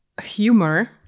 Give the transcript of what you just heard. humor